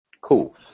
Cool